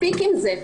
מספיק עם זה.